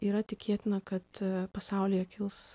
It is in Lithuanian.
yra tikėtina kad pasaulyje kils